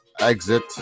exit